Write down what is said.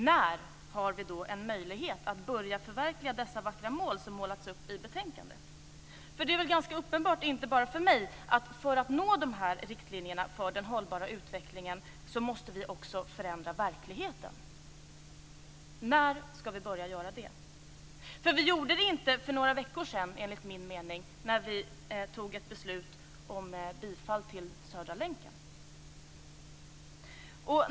När har vi en möjlighet att börja förverkliga dessa vackra mål som målas upp i betänkandet? Det är väl ganska uppenbart inte bara för mig att man för att följa riktlinjerna för den hållbara utvecklingen också måste förändra verkligheten. När skall vi börja göra det? Vi gjorde det inte för några veckor sedan, enligt min mening, när vi fattade ett beslut om bifall till Södra länken.